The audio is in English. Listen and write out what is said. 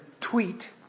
tweet